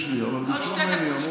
יש לי, אבל ביקשו ממני, עוד שתי דקות.